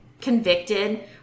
convicted